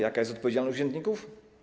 Jaka jest odpowiedzialność urzędników?